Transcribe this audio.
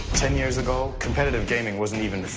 ten years ago, competitive gaming wasn't even